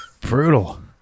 Brutal